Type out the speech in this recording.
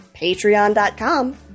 Patreon.com